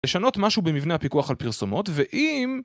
לשנות משהו במבנה הפיקוח על פרסומות, ואם...